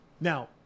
Now